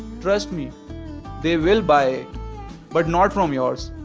trust me they will buy but not from yours.